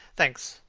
thanks.